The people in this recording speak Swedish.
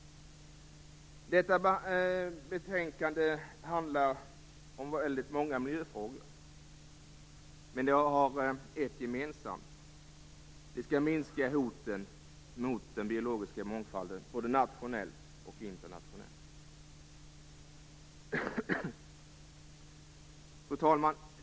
Detta betänkande handlar om väldigt många miljöfrågor, men de har ett gemensamt, de skall minska hoten mot den biologiska mångfalden, både nationellt och internationellt. Fru talman!